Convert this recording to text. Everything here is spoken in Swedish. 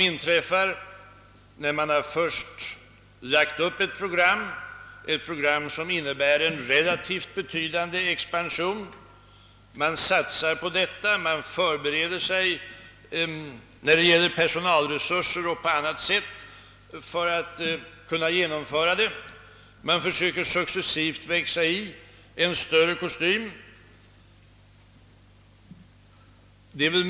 Inom SIDA har man först lagt upp ett program som innebär en relativt betydande expansion. Man satsar på denna och förbereder sig genom att öka personalresurserna och på annat sätt för att kunna genomföra denna expansion; man. försöker successivt växa in i en större kostym.